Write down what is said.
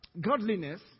godliness